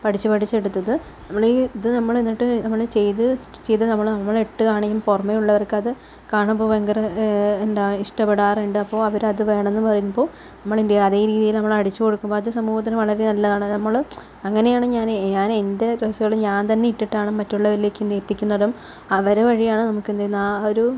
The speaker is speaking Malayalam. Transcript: പഠിച്ച് പഠിച്ച് എടുത്തത് നമ്മള് ഈ ഇത് നമ്മള് എന്നിട്ട് നമ്മള് ചെയ്തു സ്റ്റിച്ച് ചെയ്ത് നമ്മള് നമ്മള് ഇട്ടു കാണിക്കുമ്പോൾ പുറമേ ഉള്ളവർക്ക് അത് കാണുമ്പോൾ ഭയങ്കര എന്താ ഇഷ്ടപ്പെടാറുണ്ട് അപ്പോൾ അവര് അത് വേണമെന്ന് പറയുമ്പോൾ നമ്മൾ എന്ത് ചെയ്യുക അതേ രീതിയിൽ നമ്മള് അടിച്ചു കൊടുക്കുമ്പോൾ അത് സമൂഹത്തിന് വളരെ നല്ലതാണ് നമ്മള് അങ്ങനെയാണ് ഞാൻ എൻ്റെ ഞാൻ എൻ്റെ ഡ്രസ്സുകൾ ഞാൻ തന്നെ ഇട്ടിട്ടാണ് മറ്റുള്ളവരിലേക്ക് എന്ത് എത്തിക്കുന്നതും അവര് വഴിയാണ് നമുക്ക് എന്ത് ചെയ്യുന്നത് ആ ഒരു